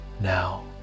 now